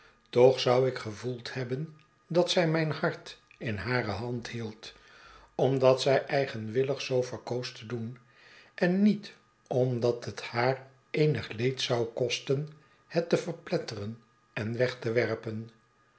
toch zou gevoeld hebben dat zij mijn hart in hare hand hield omdat zij eigenwillig zoo verkoos te doen en niet omdat het haar eenig leed zou kosten het te verpletteren en weg te werpen